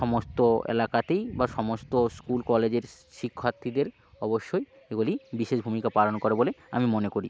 সমস্ত এলাকাতেই বা সমস্ত স্কুল কলেজের শি শিক্ষার্থীদের অবশ্যই এগুলি বিশেষ ভূমিকা পালন করে বলে আমি মনে করি